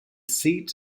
seat